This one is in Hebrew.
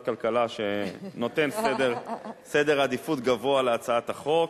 כלכלה שנותן עדיפות גבוהה להצעת החוק.